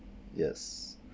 yes